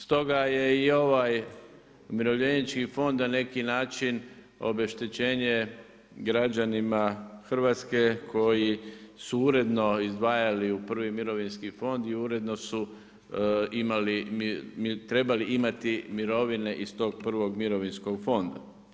Stoga je i ovaj Umirovljenički fond na neki način obeštećenje građanima Hrvatske koji su uredno izdvajali u prvi mirovinski fond i uredno su imali, trebali imati mirovine iz tog prvog mirovinskog fonda.